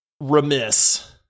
remiss